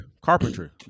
carpentry